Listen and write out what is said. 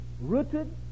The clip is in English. rooted